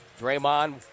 Draymond